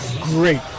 Great